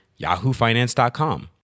yahoofinance.com